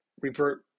revert